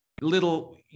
little